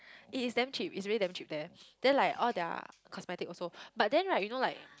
it is damn cheap it's really damn cheap there then like all their cosmetic also but then right you know like